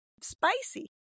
spicy